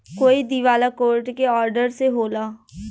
कोई दिवाला कोर्ट के ऑर्डर से होला